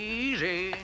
easy